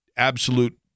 absolute